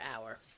hour